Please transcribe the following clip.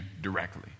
directly